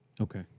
Okay